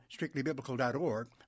strictlybiblical.org